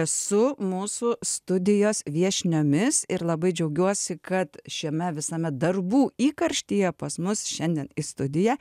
su mūsų studijos viešniomis ir labai džiaugiuosi kad šiame visame darbų įkarštyje pas mus šiandien į studiją